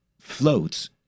floats